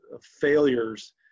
failures